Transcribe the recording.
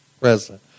president